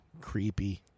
Creepy